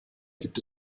gibt